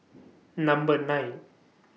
Number nine